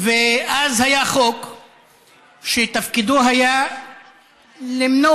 ואז היה חוק שתפקידו למנוע,